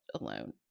alone